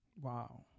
Wow